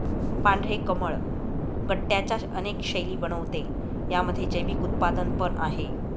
पांढरे कमळ गट्ट्यांच्या अनेक शैली बनवते, यामध्ये जैविक उत्पादन पण आहे